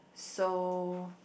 so